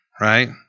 right